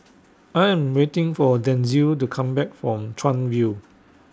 I Am waiting For Denzil to Come Back from Chuan View